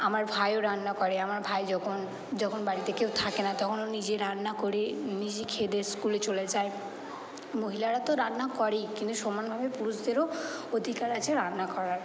আমার ভাইও রান্না করে আমার ভাই যখন যখন বাড়িতে কেউ থাকে না তখন ও নিজেই রান্না করে নিজে খেয়ে দেয়ে স্কুলে চলে যায় মহিলারা তো রান্না করেই কিন্তু সমানভাবে পুরুষদেরও অধিকার আছে রান্না করার